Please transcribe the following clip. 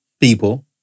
people